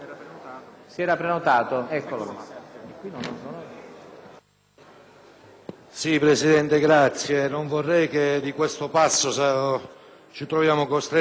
Presidente, non vorrei che di questo passo saremmo costretti a fare una colletta tra di noi per il Governo.